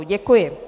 Děkuji.